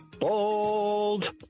Bold